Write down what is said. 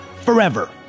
forever